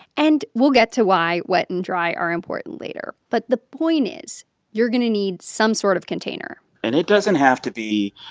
and we'll get to why wet and dry are important later. but the point is you're going to need some sort of container and it doesn't have to be,